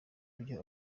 byo